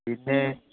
പിന്നേ